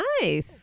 Nice